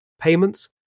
payments